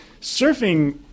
surfing